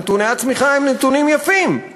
נתוני הצמיחה הם נתונים יפים.